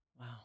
Wow